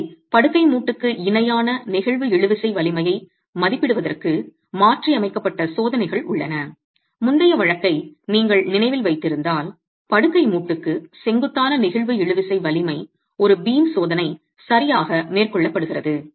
எனவே படுக்கை மூட்டுக்கு இணையான நெகிழ்வு இழுவிசை வலிமையை மதிப்பிடுவதற்கு மாற்றியமைக்கப்பட்ட சோதனைகள் உள்ளன முந்தைய வழக்கை நீங்கள் நினைவில் வைத்திருந்தால் படுக்கை மூட்டுக்கு செங்குத்தான நெகிழ்வு இழுவிசை வலிமை ஒரு பீம் சோதனை சரியாக மேற்கொள்ளப்படுகிறது